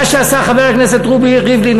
מה שעשה חבר הכנסת רובי ריבלין,